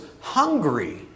hungry